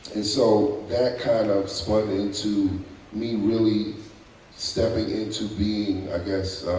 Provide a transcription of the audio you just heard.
and so that kind of spun into me really stepping into being, i guess,